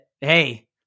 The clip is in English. Hey